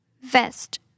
vest